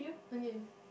okay